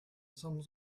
some